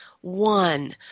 one